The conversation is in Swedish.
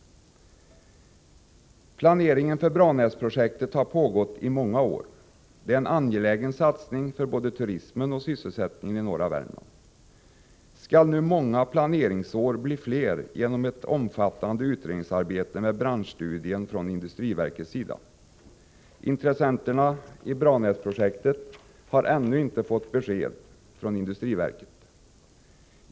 Planeringen för Branäsprojektet har pågått i många år. Det är en angelägen satsning för både turismen och sysselsättningen i norra Värmland. Skall nu många planeringsår bli ännu fler genom ett omfattande utredningsarbete med branschstudier från industriverkets sida? Intressenterna i Branäsprojektet har ännu inte fått besked från industriverket.